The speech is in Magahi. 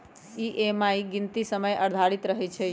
ई.एम.आई के गीनती समय आधारित रहै छइ